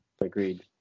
agreed